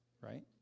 right